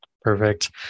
Perfect